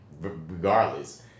regardless